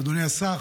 אדוני השר,